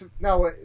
No